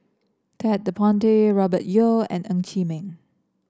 Ted De Ponti Robert Yeo and Ng Chee Meng